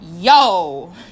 Yo